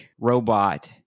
robot